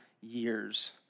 years